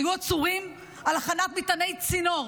היו עצורים על הכנת מטעני צינור.